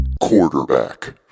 Quarterback